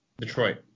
Detroit